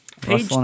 page